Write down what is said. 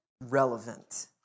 relevant